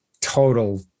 total